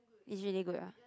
it's really good ah